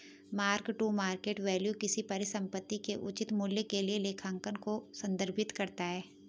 mark to market value किसी परिसंपत्ति के उचित मूल्य के लिए लेखांकन को संदर्भित करता है